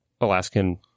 Alaskan